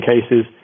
cases